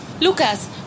Lucas